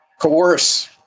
coerce